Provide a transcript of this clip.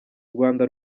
rwanda